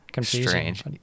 strange